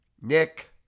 Nick